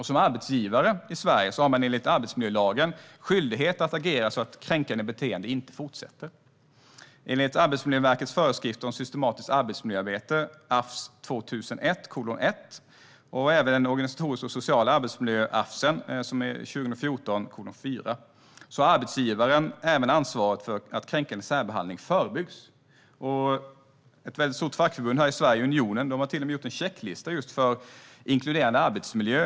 Som arbetsgivare i Sverige har man enligt arbetsmiljölagen skyldighet att agera så att kränkande beteende inte fortsätter. Enligt Arbetsmiljöverkets föreskrifter om systematiskt arbetsmiljöarbete AFS 2001:1 och även föreskriften om organisatorisk och social arbetsmiljö, 2015:4, har arbetsgivaren även ansvaret för att kränkande särbehandling förebyggs. Ett stort fackförbund här i Sverige, Unionen, har till och med gjort en checklista just för inkluderande arbetsmiljö.